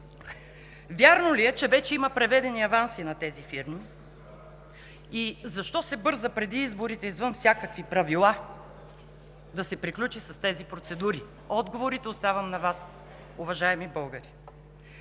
Вярно ли е, че вече има преведени аванси на тези фирми? И защо се бърза преди изборите извън всякакви правила да се приключи с тези процедури?! Отговорите оставям на Вас, уважаеми българи.